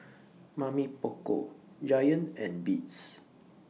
Mamy Poko Giant and Beats